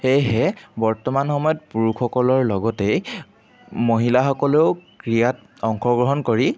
সেয়েহে বৰ্তমান সময়ত পুৰুষসকলৰ লগতেই মহিলাসকলেও ক্ৰীয়াত অংশগ্ৰহণ কৰি